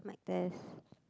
test